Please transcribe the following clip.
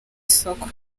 isoko